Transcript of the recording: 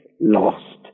lost